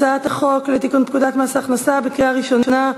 הצעת החוק לתיקון פקודת מס הכנסה (מס' 198)